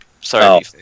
Sorry